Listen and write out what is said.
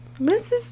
Mrs